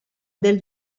del